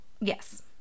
yes